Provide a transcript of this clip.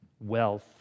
wealth